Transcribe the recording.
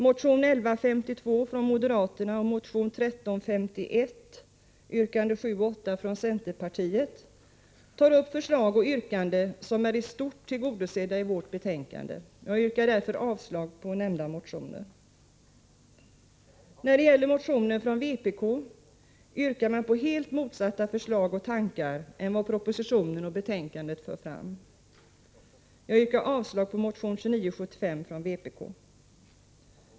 Motion 1152 från moderaterna och motion 1351, yrkande 7 och 8, från centerpartiet tar upp förslag och yrkanden som i stort sett är tillgodosedda i betänkandet. Jag yrkar därför avslag på nämnda motioner. När det gäller motionen från vpk yrkar man på helt motsatta förslag och för fram helt motsatta tankar mot vad som framförs i propositionen och betänkandet. Jag yrkar avslag på motion 2975 från vpk.